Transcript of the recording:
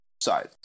side